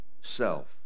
self